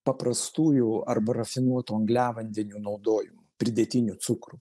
paprastųjų arba rafinuotų angliavandenių naudojimu pridėtinių cukrų